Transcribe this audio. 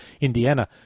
Indiana